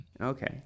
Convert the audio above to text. okay